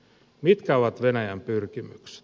mitkä ovat venäjän pyrkimykset